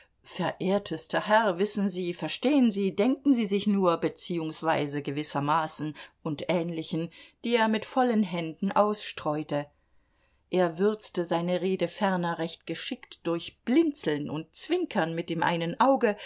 verehrtester herr wissen sie verstehen sie denken sie sich nur beziehungsweise gewissermaßen und ähnlichen die er mit vollen händen ausstreute er würzte seine rede ferner recht geschickt durch blinzeln und zwinkern mit dem einen auge